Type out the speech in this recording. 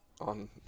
on